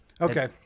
Okay